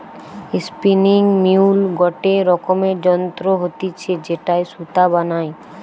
spinning mule গটে রকমের যন্ত্র হতিছে যেটায় সুতা বানায়